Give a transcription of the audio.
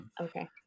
okay